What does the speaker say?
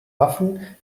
waffen